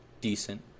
decent